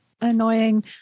annoying